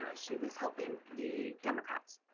ah she was helping the democrats.